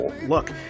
Look